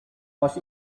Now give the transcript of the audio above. most